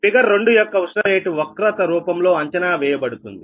figure 2 యొక్క ఉష్ణ rate వక్రత రూపంలో అంచనా వేయబడుతుంది